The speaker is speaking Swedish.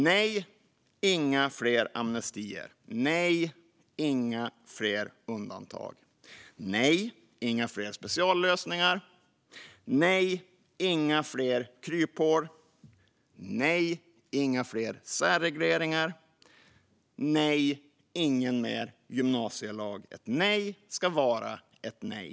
Nej, inga fler amnestier. Nej, inga fler undantag. Nej, inga fler speciallösningar. Nej, inga fler kryphål. Nej, inga fler särregleringar. Nej, ingen mer gymnasielag. Ett nej ska vara ett nej.